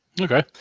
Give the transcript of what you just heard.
Okay